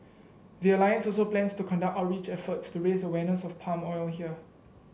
the alliance also plans to conduct outreach efforts to raise awareness of palm oil here